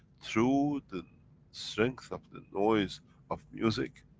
through the strength of the noise of music,